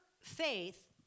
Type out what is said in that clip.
faith